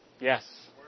Yes